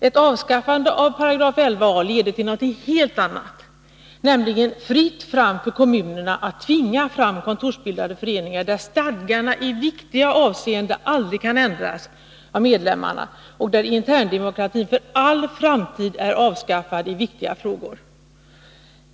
Ett avskaffande av 11 a § leder till något helt annat, nämligen fritt fram för kommunerna att tvinga fram kontorsbildade föreningar där stadgarna i viktiga avseenden aldrig kan ändras av medlemmarna, och där interndemokratin för all framtid är avskaffad i viktiga frågor.